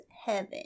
Heaven